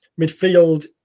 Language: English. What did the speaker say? Midfield